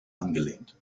angelehnt